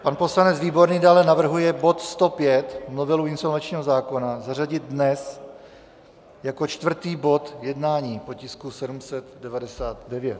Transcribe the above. Pan poslanec Výborný dále navrhuje bod 105, novelu insolvenčního zákona, zařadit dnes jako čtvrtý bod jednání po tisku 799.